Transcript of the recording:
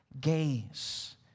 gaze